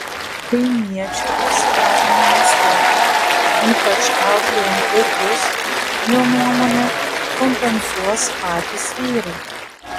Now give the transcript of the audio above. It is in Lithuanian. kaimiečių išsilavinimo stoką ypač auklėjant vaikus jo nuomone kompensuos patys vyrai